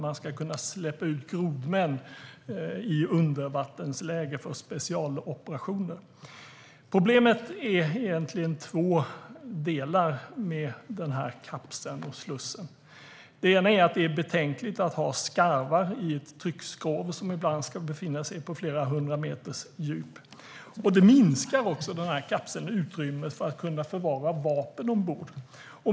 Man ska kunna släppa ut grodmän i undervattensläge för specialoperationer. Problemet består egentligen av två delar när det gäller den här kapseln och slussen. Det är betänkligt att ha skarvar i ett tryckskrov som ibland ska befinna sig på flera hundra meters djup. Det minskar också den här kapseln och utrymmet för att kunna förvara vapen ombord.